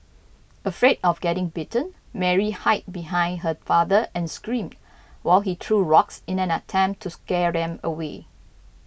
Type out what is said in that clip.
afraid of getting bitten Mary hid behind her father and screamed while he threw rocks in an attempt to scare them away